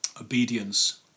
Obedience